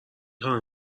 خاین